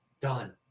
Done